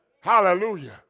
Hallelujah